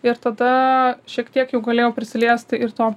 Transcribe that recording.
ir tada šiek tiek jau galėjau prisiliesti ir to